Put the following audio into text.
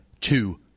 two